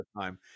time